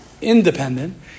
independent